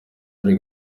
bari